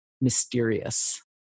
mysterious